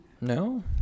No